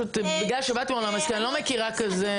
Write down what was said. בגלל שבאתי מהעולם העסקי אני לא מכירה את זה.